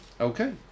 Okay